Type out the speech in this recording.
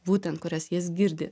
būtent kurias jis girdi